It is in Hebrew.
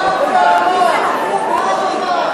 מה הוא כבר אמר?